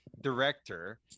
director